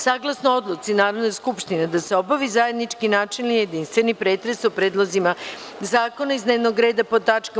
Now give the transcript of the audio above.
Saglasno odluci Narodne skupštine da se obavi zajednički načelni i jedinstveni pretres o predlozima zakona iz dnevnog reda pod tač.